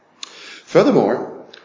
Furthermore